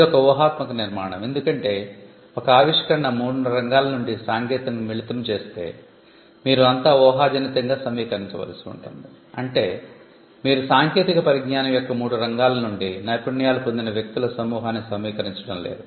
ఇది ఒక ఊహాత్మక నిర్మాణం ఎందుకంటే ఒక ఆవిష్కరణ మూడు రంగాల నుండి సాంకేతికతను మిళితం చేస్తే మీరు అంతా ఊహాజనితంగా సమీకరించవలసి ఉంటుంది అంటే మీరు సాంకేతిక పరిజ్ఞానం యొక్క మూడు రంగాల నుండి నైపుణ్యాలు పొందిన వ్యక్తుల సమూహాన్ని సమీకరించడం లేదు